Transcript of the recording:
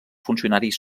funcionaris